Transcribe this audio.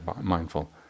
mindful